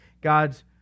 God's